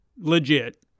legit